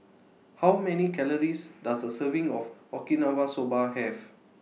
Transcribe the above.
How Many Calories Does A Serving of Okinawa Soba Have